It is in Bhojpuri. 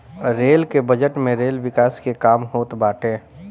रेल के बजट में रेल विकास के काम होत बाटे